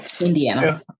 Indiana